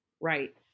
Right